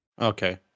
Okay